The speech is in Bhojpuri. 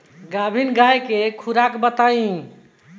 गाभिन गाय के खुराक बताई?